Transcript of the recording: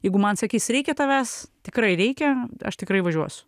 jeigu man sakys reikia tavęs tikrai reikia aš tikrai važiuosiu